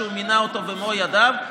שהוא מינה אותו במו ידיו,